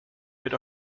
wird